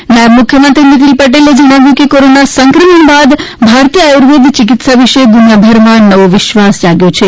ત નાયબ મુખ્યમંત્રી નીતિન પટેલે જણાવ્યું કે કોરના સંક્રમણ બાદ ભારતીય આયુર્વેદ ચીકીત્સા વિશે દ્રનિયાભરમાં નવો વિશ્વાસ જાગ્યો છે